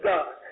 God